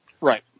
Right